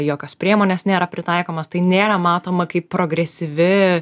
jokios priemonės nėra pritaikomos tai nėra matoma kaip progresyvi